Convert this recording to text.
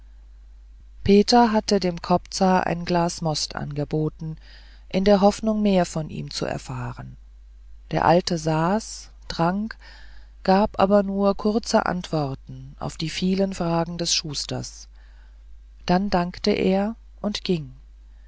peter hatte dem kobzar ein glas most angeboten in der hoffnung mehr von ihm zu erfahren der alte saß trank gab aber nur kurze antworten auf die vielen fragen des schusters dann dankte er und ging